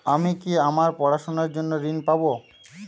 আমি কি আমার পড়াশোনার জন্য ঋণ পাব?